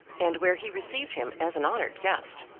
and where he received him as an honoured guest.